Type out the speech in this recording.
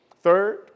Third